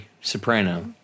soprano